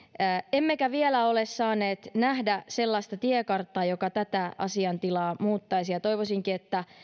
emmekä vielä ole saaneet nähdä sellaista tiekarttaa joka tätä asiantilaa muuttaisi toivoisinkin että